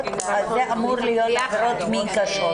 זה אמור להיות עבירות מין קשות.